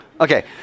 Okay